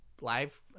live